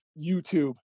youtube